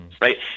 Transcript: right